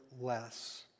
less